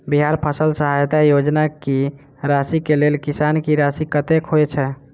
बिहार फसल सहायता योजना की राशि केँ लेल किसान की राशि कतेक होए छै?